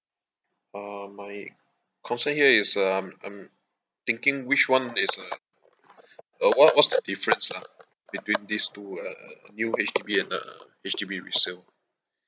um my concern here is um I'm thinking which one is uh uh what what's the difference lah between these two err new H_D_B and uh H_D_B resale